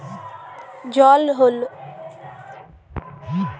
জল একটি প্রাণদায়ী তরল পদার্থ পৃথিবীতে সবচেয়ে বেশি ভাবে প্রস্তুত